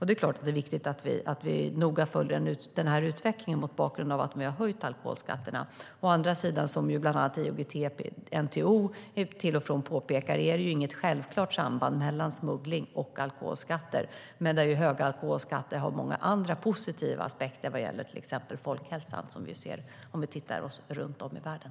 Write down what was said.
Det är viktigt att vi följer utvecklingen noga mot bakgrund att vi har höjt alkoholskatterna. Å andra sidan påpekar bland annat IOGT-NTO att det inte finns något självklart samband mellan smuggling och alkoholskatter. Höga alkoholskatter har dock många andra positiva aspekter vad gäller till exempel folkhälsan, vilket vi ser om vi tittar runt om i världen.